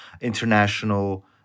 international